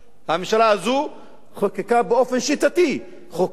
הממשלה הזאת חוקקה באופן שיטתי חוקים